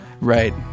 Right